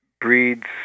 breeds